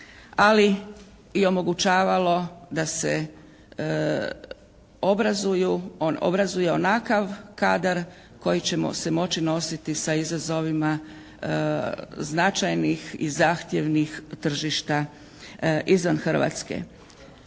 ali i omogućavalo da se obrazuju, on obrazuje onakav kadar koji ćemo se moći nositi sa izazovima značajnih i zahtjevnih tržišta izvan Hrvatske.